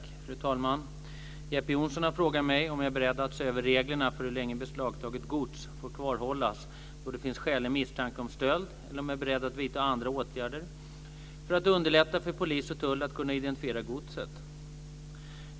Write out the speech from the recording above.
Fru talman! Jeppe Johnsson har frågat mig om jag är beredd att se över reglerna för hur länge beslagtaget gods får kvarhållas då det finns skälig misstanke om stöld eller om jag är beredd att vidta andra åtgärder för att underlätta för polis och tull att kunna identifiera godset.